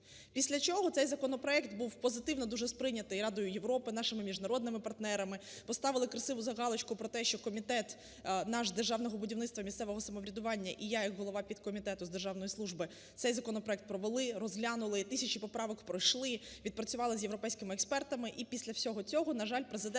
Після чого цей законопроект був позитивно дуже сприйнятий Радою Європи, нашими міжнародними партнерами. Поставили красиву галочку про те, що Комітет наш державного будівництва і місцевого самоврядування і я як голова підкомітету з державної служби цей законопроект провели, розглянули і тисячі поправок пройшли, відпрацювали з європейськими експертами і після всього цього, на жаль, Президент